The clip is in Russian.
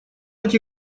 эти